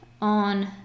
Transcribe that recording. on